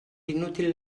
inútil